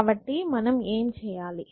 కాబట్టి మనం ఏమి చేయాలి